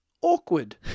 awkward